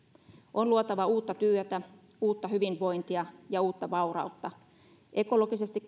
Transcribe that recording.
on luotava uutta työtä uutta hyvinvointia ja uutta vaurautta ekologisesti